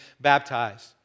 baptized